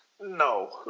No